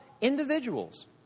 individuals